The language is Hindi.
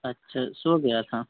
अच्छा सो गया था